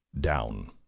Down